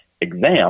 exam